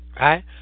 right